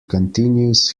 continues